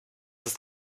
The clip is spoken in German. ist